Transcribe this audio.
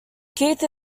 keith